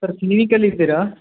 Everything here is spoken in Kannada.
ಸರ್ ಕ್ಲಿನಿಕ್ಕಲ್ಲಿ ಇದ್ದೀರಾ